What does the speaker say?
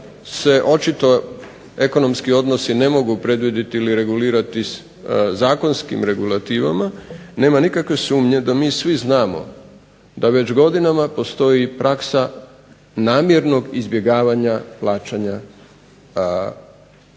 očito ekonomski odnosi ne mogu predvidjeti ili regulirati zakonskim regulativama nema nikakve sumnje da mi svi znamo da već godinama postoji praksa namjernog izbjegavanja plaćanja zarada,